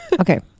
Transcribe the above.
Okay